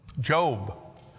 Job